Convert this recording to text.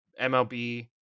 MLB